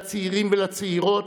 לצעירים ולצעירות,